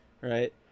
Right